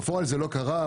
בפועל זה לא קרה.